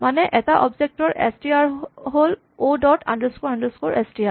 মানে এটা অবজেক্ট ৰ এচ টি আৰ হ'ল O dot underscore underscore S T R